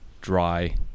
dry